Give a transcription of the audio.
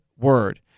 word